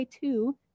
two